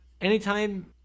Anytime